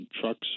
trucks